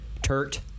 turt